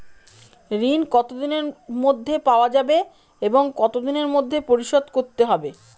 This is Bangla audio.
ঋণ কতদিনের মধ্যে পাওয়া যাবে এবং কত দিনের মধ্যে পরিশোধ করতে হবে?